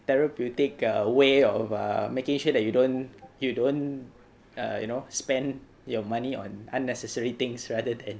therapeutic err way of err making sure that you don't you don't err you know spend your money on unnecessary things rather than